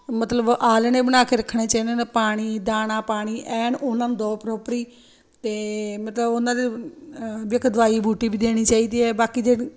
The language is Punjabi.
ਮਤਲਬ ਆਲ੍ਣੇ ਬਣਾ ਕੇ ਰੱਖਣੇ ਚਾਹੀਦੇ ਨੇ ਪਾਣੀ ਦਾਣਾ ਪਾਣੀ ਐਨ ਉਹਨਾਂ ਨੂੰ ਦੋ ਪ੍ਰੋਪਰੀ ਅਤੇ ਮਤਲਬ ਉਹਨਾਂ ਦੇ ਵੇਖ ਦਵਾਈ ਬੂਟੀ ਵੀ ਦੇਣੀ ਚਾਹੀਦੀ ਹੈ ਬਾਕੀ ਦੇ ਜਿਹੜੇ